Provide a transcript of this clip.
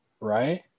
right